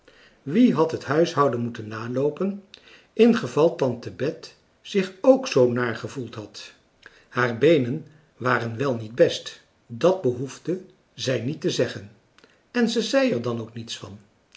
wie had het huishouden moeten naloopen ingeval tante bet zich ook zoo naar gevoeld had haar beenen waren wel niet te best dat behoefde zij niet te zeggen en ze zei er dan ook niets van